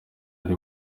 ari